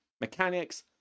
mechanics